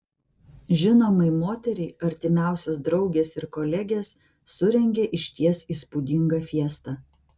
žinomai moteriai artimiausios draugės ir kolegės surengė išties įspūdingą fiestą